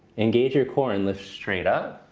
engage your core and lift straight up.